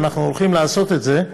ואנחנו הולכים לעשות את זה,